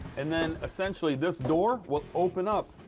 and then essentially this door will open up,